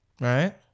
Right